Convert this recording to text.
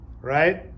Right